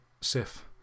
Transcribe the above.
Sif